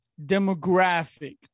demographic